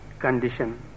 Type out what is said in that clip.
Condition